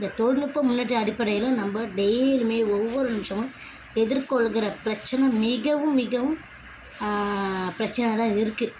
இந்த தொழில்நுட்பம் முன்னேற்றம் அடிப்படையில் நம்ம டெய்லியுமே ஒவ்வொரு நிமிடமும் எதிர்கொள்கின்ற பிரச்சின மிகவும் மிகவும் பிரச்சனையாக தான் இருக்குது